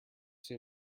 too